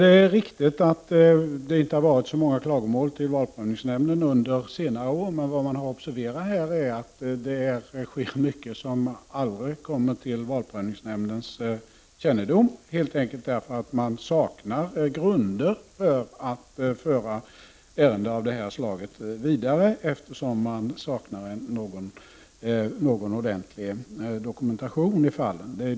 Det är riktigt att det inte har varit så många klagomål till valprövningsnämnden under senare år. Men vad man har att observera här är att det sker mycket som aldrig kommer till valprövningsnämndens kännedom, helt enkelt därför att man saknar grund för att föra ärenden vidare, eftersom det saknas ordentlig dokumentation i fallen.